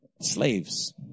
slaves